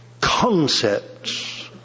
concepts